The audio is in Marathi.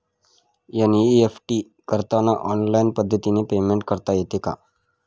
एन.ई.एफ.टी करताना ऑनलाईन पद्धतीने पेमेंट करता येते का?